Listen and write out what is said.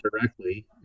directly